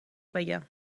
بگم